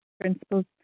principles